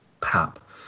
pap